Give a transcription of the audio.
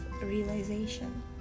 Realization